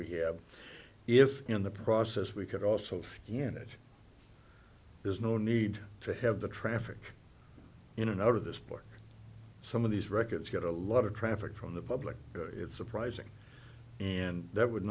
we have if in the process we could also have unit there's no need to have the traffic in and out of this park some of these records get a lot of traffic from the public it's surprising and that would